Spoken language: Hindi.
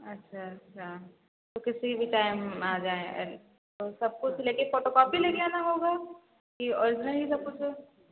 अच्छा अच्छा तो किसी भी टाइम आ जाए तो सब कुछ लेकर फोटोकॉपी लेकर आना होगा कि ओरिजिनल ही सब कुछ